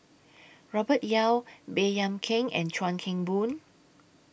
Robert Yeo Baey Yam Keng and Chuan Keng Boon